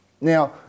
Now